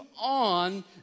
on